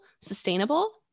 sustainable